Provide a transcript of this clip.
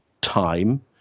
time